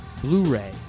Blu-ray